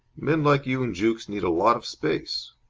men like you and jukes need a lot of space.